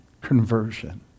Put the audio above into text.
conversion